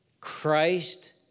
Christ